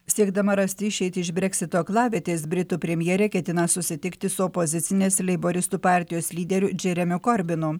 siekdama rasti išeitį iš breksito aklavietės britų premjerė ketina susitikti su opozicinės leiboristų partijos lyderiu džeremiu korbinu